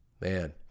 Man